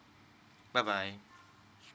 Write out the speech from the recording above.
bye bye